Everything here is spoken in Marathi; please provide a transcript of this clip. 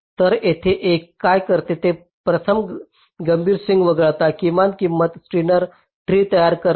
तर येथे हे काय करते ते प्रथम गंभीर सिंक वगळता किमान किंमत स्टीनर ट्री तयार करते